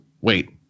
wait